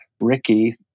Ricky